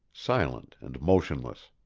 silent and motionless.